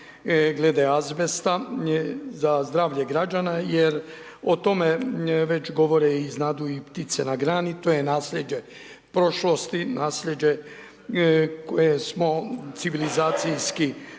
glede azbesta, za zdravlje građana, jer o tome već govore i znadu i ptice na grani, to je nasljeđe prošlosti, nasljeđe koje smo civilizacijski